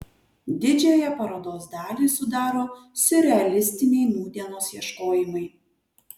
didžiąją parodos dalį sudaro siurrealistiniai nūdienos ieškojimai